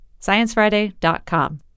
sciencefriday.com